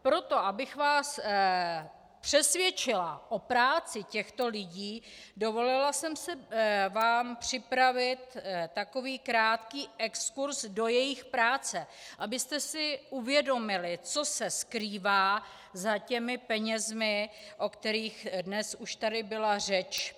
Proto, abych vás přesvědčila o práci těchto lidí, dovolila jsem si vám připravit takový krátký exkurz do jejich práce, abyste si uvědomili, co se skrývá za těmi penězi, o kterých dnes už tady byla řeč.